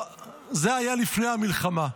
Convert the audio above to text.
זה היה לפני המלחמה.